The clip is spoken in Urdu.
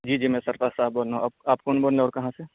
جی جی میں سرفراز صاحب بول رہا ہوں آپ آپ کون بول رہے ہیں اور کہاں سے